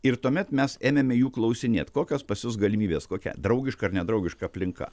ir tuomet mes ėmėme jų klausinėt kokios pas jus galimybės kokia draugiška ir nedraugiška aplinka